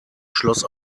schloss